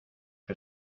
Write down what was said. que